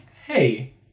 hey